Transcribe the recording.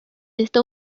esta